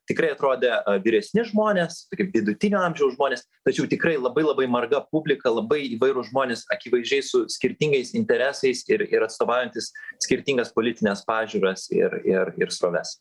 tikrai atrodė vyresni žmonės tokie vidutinio amžiaus žmonės tačiau tikrai labai labai marga publika labai įvairūs žmonės akivaizdžiai su skirtingais interesais ir ir atstovaujantys skirtingas politines pažiūras ir ir ir sroves